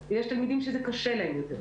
במקביל, משרד החינוך נתן גיבוי גדול למי שקשה.